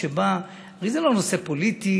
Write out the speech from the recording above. הרי זה לא נושא פוליטי,